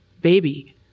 baby